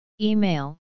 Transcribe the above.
Email